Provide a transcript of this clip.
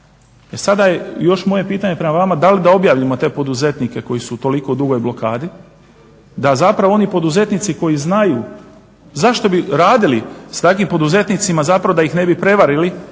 E sada je još moje pitanje prema vama da li da objavimo te poduzetnike koji su u toliko dugoj blokadi, da zapravo oni poduzetnici koji znaju zašto bi radili s takvim poduzetnicima zapravo da ih ne bi prevarili